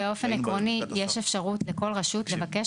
באופן עקרוני יש אפשרות לכל רשות לבקש